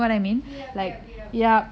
yup yup yup